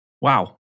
Wow